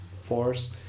force